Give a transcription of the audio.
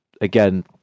again